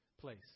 place